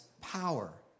power